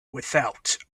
without